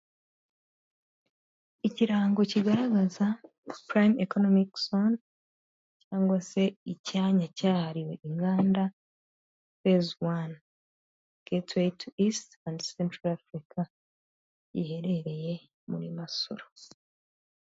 ikirango kigaragaza sprian economic zon cyangwa se icyanya cyahariwe inganda tsmangeti to east and centra africa iherereye muri masoro.